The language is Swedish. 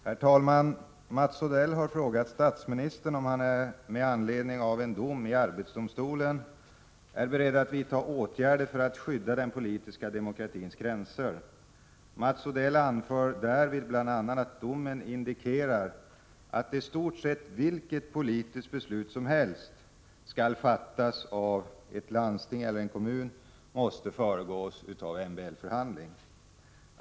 Herr talman! Mats Odell har frågat statsministern om han med anledning av en dom i arbetsdomstolen är beredd att vidta åtgärder för att skydda den politiska demokratins gränser. Mats Odell anför därvid bl.a. att domen indikerar att i stort sett vilket politiskt beslut som helst, som skall fattas av ett landsting eller en kommun, måste föregås av en MBL förhandling.